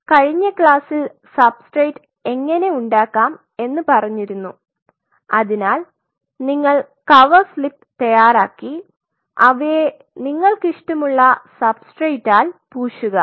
കഴിഞ്ഞ ക്ലാസ്സിൽ സബ്സ്ട്രേറ്റ് എങ്ങനെ ഉണ്ടാക്കാം എന്ന് പറഞ്ഞിരുന്നു അതിനാൽ നിങ്ങൾ കവർ സ്ലിപ് തയ്യാറാക്കി അവയെ നിങ്ങൾക്ക് ഇഷ്ടമുള്ള സബ്സ്ട്രേറ്റാൽ പൂശുക